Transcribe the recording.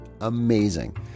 amazing